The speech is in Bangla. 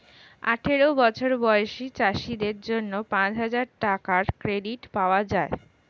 আঠারো বছর বয়সী চাষীদের জন্য পাঁচহাজার টাকার ক্রেডিট পাওয়া যায়